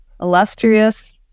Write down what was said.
illustrious